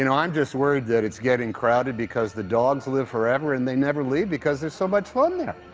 and i'm just worried that it's getting crowded because the dogs live forever and they never leave because there's so much fun.